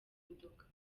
imodoka